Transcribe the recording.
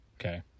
okay